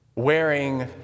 wearing